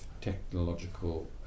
technological